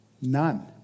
None